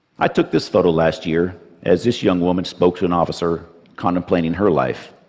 i took this photo last year as this young woman spoke to an officer contemplating her life.